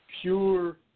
pure